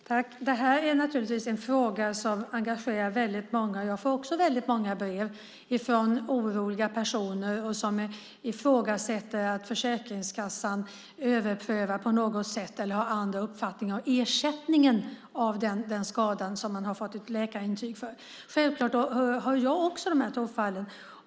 Fru talman! Det här är en fråga som naturligtvis engagerar väldigt många. Jag får också många brev från oroliga personer som ifrågasätter att Försäkringskassan överprövar eller har annan uppfattning om ersättningen för den skada som man har fått läkarintyg för. Jag hör naturligtvis också de här tongångarna.